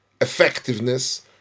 effectiveness